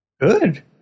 good